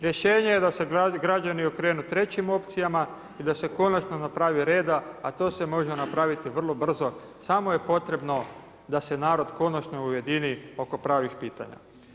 Rješenje da se građani okrenu trećim opcijama i da se konačno napravi reda, a to se može napraviti vrlo brzo, samo je potrebno da se narod konačno ujedini oko pravih pitanja.